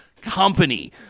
company